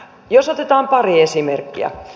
jos otetaan pari esimerkkiä